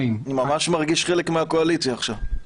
אני ממש מרגיש חלק מהקואליציה עכשיו.